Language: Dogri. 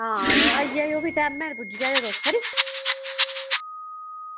आं ते आई जायो ते टैमें दे पुज्जी जायो तुस